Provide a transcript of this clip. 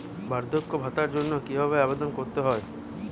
বার্ধক্য ভাতার জন্য কিভাবে আবেদন করতে হয়?